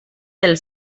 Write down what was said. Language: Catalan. del